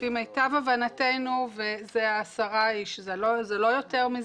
לפי מיטב הבנתנו, זה עשרה איש, לא יותר מזה.